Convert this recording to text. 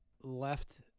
Left